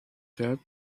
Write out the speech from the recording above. that